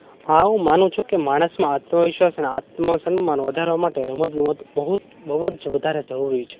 હા હું માનું છું કે માણસમાં આત્મવિશ્વાસ અને આત્મસન્માન વધારવા માટે રમતગમત બહુ જ વધારે જરૂરી છે